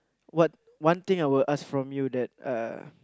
what one thing I would ask from you that uh